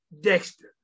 dexter